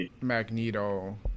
Magneto